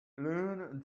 leanne